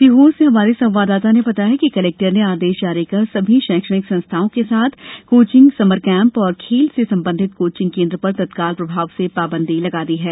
सीहोर से हमारे संवाददाता ने बताया है कि कलेक्टर ने आदेश जारी कर सभी शैक्षणिक संस्थाओं के साथ कोचिंग समर कैंप और खेल से संबंधित कोचिंग केन्द्र पर तत्काल प्रभाव से पाबंदी लगा दी है